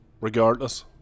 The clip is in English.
regardless